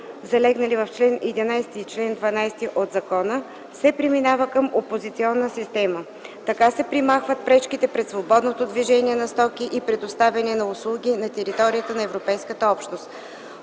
залегнали в чл. 11 и чл. 12 от закона, се преминава към опозиционна система. Така се премахват пречките пред свободното движение на стоки и предоставяне на услуги на територията на Европейската общност.